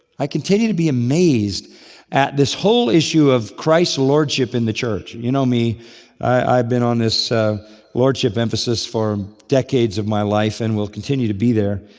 i continue to be amazed at this whole issue of christ's lordship in the church. you know me i've been on this lordship emphasis for decades of my life and will continue to be there.